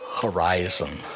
horizon